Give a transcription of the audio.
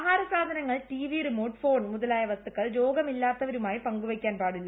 ആഹാര സാധനങ്ങൾ TV remote phone മുതലായ വസ്തുക്കൾ രോഗമില്ലാത്തവരുമായി പങ്കുവയ്ക്കാൻ പാടില്ല